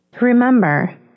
Remember